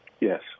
Yes